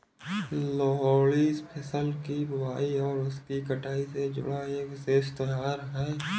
लोहड़ी फसल की बुआई और उसकी कटाई से जुड़ा एक विशेष त्यौहार है